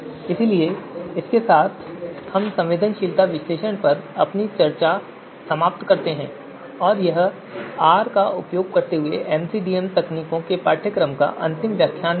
इसलिए इसके साथ हम संवेदनशीलता विश्लेषण पर अपनी चर्चा समाप्त करते हैं और यह आर का उपयोग करते हुए एमसीडीएम तकनीकों के इस पाठ्यक्रम का अंतिम व्याख्यान भी है